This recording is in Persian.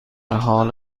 حال